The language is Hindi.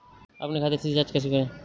अपने खाते से रिचार्ज कैसे करें?